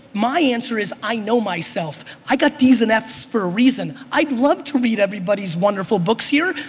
my answer is i know myself. i got d's and f's for a reason. i'd love to read everybody's wonderful books here,